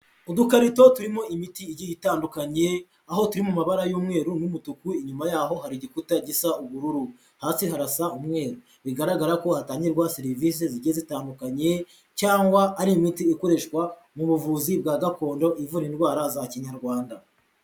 Udukarito turimo imiti igiye itandukanye aho turi mu mabara y'umweru n'umutuku inyuma yaho hari igikuta gisa ubururu, hasi harasa umweru. Bigaragara ko hatangirwa serivise zigiye zitandukanye cyangwa ari imiti ikoreshwa mu buvuzi bwa gakondo ivura indwara za kinyarwanda.